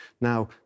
Now